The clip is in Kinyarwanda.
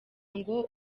ngo